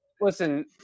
listen